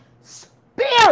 spirit